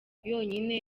yonyine